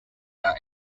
are